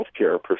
healthcare